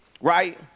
right